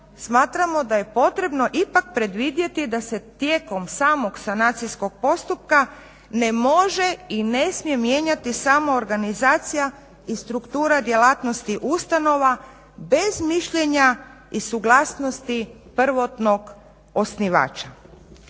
smatramo da je potrebno ipak predvidjeti da se tijekom samog sanacijskog postupka ne može i ne smije mijenjati samoorganizacija i struktura djelatnosti ustanova bez mišljenja i suglasnosti prvotnog osnivača.